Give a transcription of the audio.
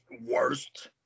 worst